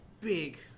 big